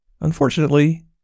Unfortunately